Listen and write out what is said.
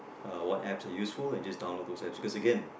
uh what apps are useful and just download these apps